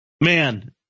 man